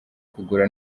kugura